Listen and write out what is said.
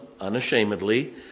unashamedly